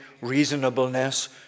reasonableness